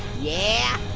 yeah,